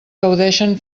gaudeixen